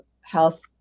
health